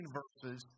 verses